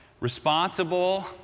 responsible